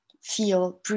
feel